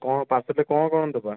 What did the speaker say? କଣ ପାର୍ସଲରେ କଣ କଣ ଦେବା